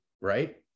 Right